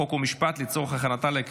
חוק ומשפט נתקבלה.